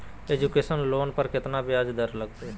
Education loan पर केतना ब्याज दर लगतई?